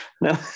no